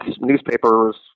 newspapers